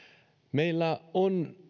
meillä on